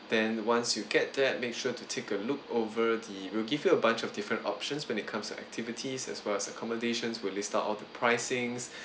then once you get that make sure to take a look over the we'll give you a bunch of different options when it comes to activities as well as accommodations we'll list out all the pricings